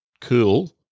cool